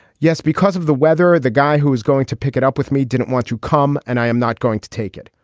yes, because of the weather. the guy who is going to pick it up with me didn't want to come. and i am not going to take it.